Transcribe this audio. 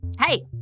hey